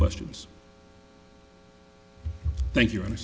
questions thank you